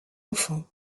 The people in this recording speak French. enfants